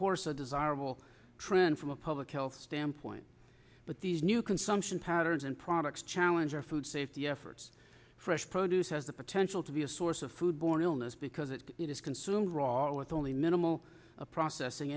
course a desirable trend from a public health standpoint but these new consumption patterns and products challenge our food safety efforts fresh produce has the potential to be a source of food borne illness because it is consumed rall with only minimal processing